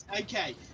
Okay